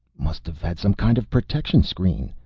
must have had some kind of protection screen.